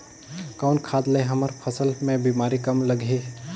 कौन खाद ले हमर फसल मे बीमारी कम लगही?